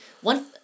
one